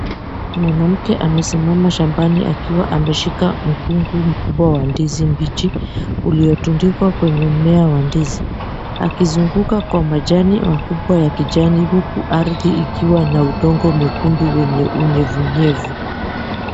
Mwanamke amesimama shambani akiwa ameshika mkungu mkubwa wa ndizi mbichi uliotundikwa kwenye mmea wa ndizi. Akizunguka kwa majani makubwa ya kijani huku ardhi ikiwa na udongo mwekundu wenye unyevunyevu.